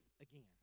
again